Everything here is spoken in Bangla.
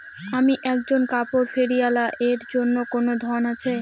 আমি একজন কাপড় ফেরীওয়ালা এর জন্য কোনো ঋণ আছে?